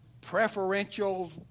preferential